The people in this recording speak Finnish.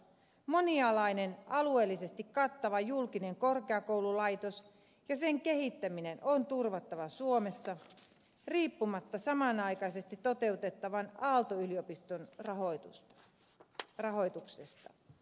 monialainen alueellisesti kattava julkinen korkeakoululaitos ja sen kehittäminen on turvattava suomessa riippumatta samanaikaisesti toteutettavan aalto yliopiston rahoituksesta